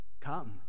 Come